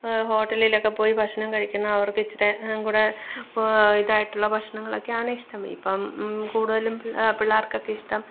ഹോട്ടലിലൊക്കെ പോയി ഭക്ഷണം കഴിക്കുന്നു അവര്ക്ക് ഇച്ചരേ കൂടി ഇതായിട്ടുള്ള ഭക്ഷണങ്ങളൊക്കെയാണിഷ്ടം ഇപ്പം കൂടുതലും പിള്ളേര്ക്കൊക്കെ ഇഷ്ടം